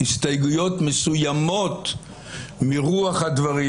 הסתייגויות מסוימות מרוח הדברים,